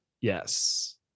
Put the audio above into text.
Yes